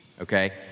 okay